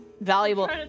valuable